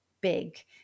big